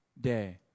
day